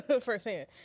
firsthand